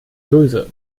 böse